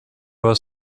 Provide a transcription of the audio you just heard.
was